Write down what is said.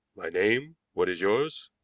my name. what is yours?